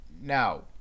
now